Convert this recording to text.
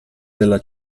della